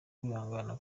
wihangana